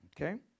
Okay